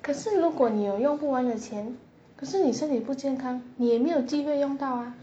可是如果你有用不完的钱可是你身体不健康你也没有机会用到 ah